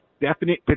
definite